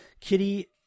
Kitty